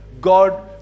God